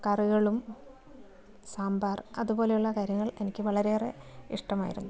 കറികളും സാമ്പാർ അതുപോലെയുള്ള കാര്യങ്ങൾ എനിക്ക് വളരെയേറെ ഇഷ്ടമായിരുന്നു